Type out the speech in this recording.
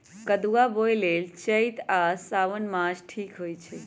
कदुआ बोए लेल चइत आ साओन मास ठीक होई छइ